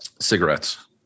Cigarettes